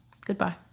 goodbye